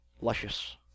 Luscious